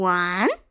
one